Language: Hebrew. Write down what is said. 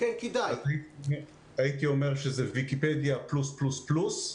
הייתי אומר שזה ויקיפדיה פלוס-פלוס-פלוס.